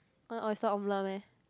oyster omelette meh